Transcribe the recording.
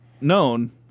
known